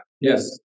Yes